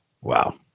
Wow